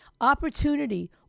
opportunity